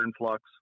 influx